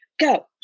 go